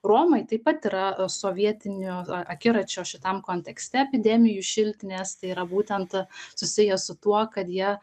romai taip pat yra sovietinių akiračio šitam kontekste epidemijų šiltinės tai yra būtent susiję su tuo kad jie